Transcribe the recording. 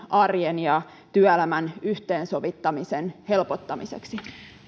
arjen ja työelämän yhteensovittamisen helpottamiseksi